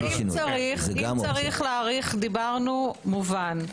אם צריך להאריך - מובן.